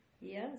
yes